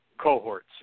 cohorts